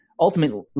Ultimately